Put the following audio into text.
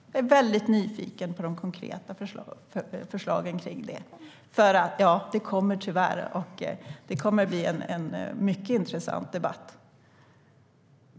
Jag är väldigt nyfiken på de konkreta förslagen om detta. Det kommer att bli en mycket intressant debatt.